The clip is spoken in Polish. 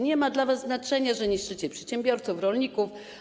Nie ma dla was znaczenia, że niszczycie przedsiębiorców i rolników.